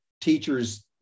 teachers